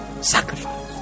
sacrifice